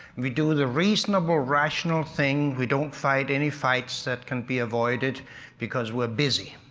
we do the reasonable rational thing. we don't fight any fights that can be avoided because we're busy.